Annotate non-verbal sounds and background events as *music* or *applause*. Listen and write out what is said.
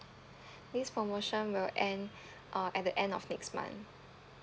*breath* this promotion will end *breath* uh at the end of next month